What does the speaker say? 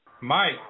mike